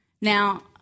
Now